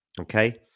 Okay